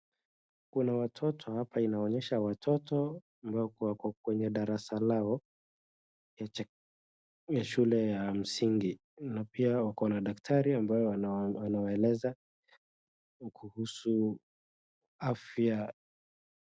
Kuna watito hapa inaonyesha watoto ambao wako kwa darasa lao ya shule ya msingi napia wakona daktari ambaye anawaeleza kuhusu afya.